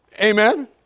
Amen